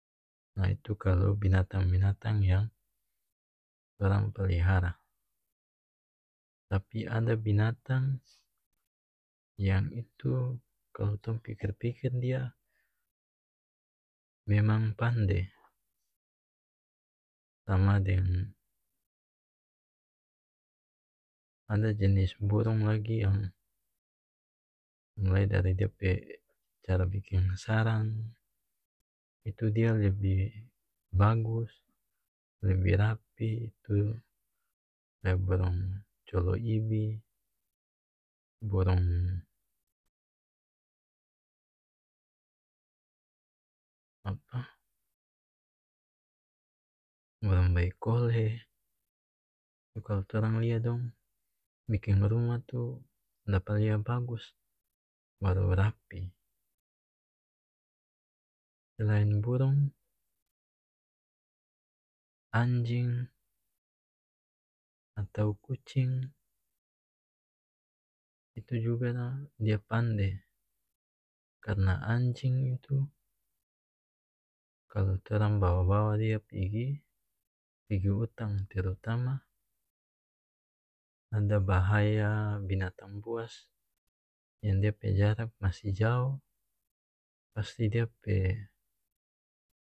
Nah itu kalu binatang binatang yang torang pelihara tapi ada binatang yang itu kalu tong pikir pikir dia memang pande sama deng ada jenis burung lagi yang mulai dari dia pe cara biking sarang itu dia lebih bagus lebih rapi tu burung colo'ibi burung apah burung baikole itu kalu torang lia dong biking rumah tu dapa lia bagus baru rapih selain burung anjing atau kucing itu juga dia pande karena anjing itu kalu torang bawa bawa dia pigi pigi utang terutama ada bahaya binatang buas yang dia pe jarak masih jao pasti dia pe